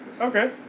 Okay